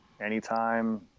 anytime